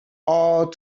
all